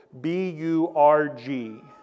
B-U-R-G